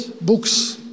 books